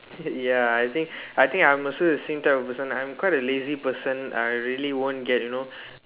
ya I think I think I'm also the same type of person I'm quite a lazy person I really won't get you know